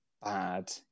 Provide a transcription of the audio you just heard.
bad